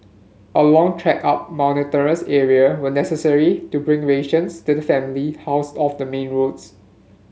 a long trek up mountainous area were necessary to bring rations to the family housed off the main roads